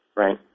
right